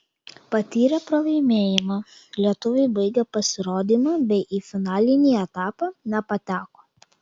patyrę pralaimėjimą lietuviai baigė pasirodymą bei į finalinį etapą nepateko